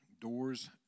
doors